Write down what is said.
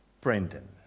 Brendan